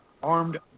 armed